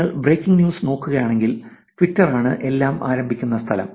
നിങ്ങൾ breaking news നോക്കുകയാണെങ്കിൽ ട്വിറ്ററാണ് എല്ലാം ആരംഭിക്കുന്ന സ്ഥലം